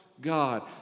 God